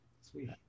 Sweet